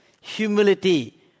humility